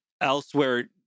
elsewhere